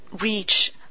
reach